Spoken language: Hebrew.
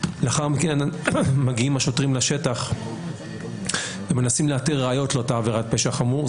ולאחר מכן מגיעים השוטרים לשטח ומנסים לאתר ראיות לאותה עבירת פשע חמור.